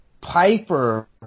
Piper